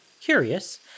Curious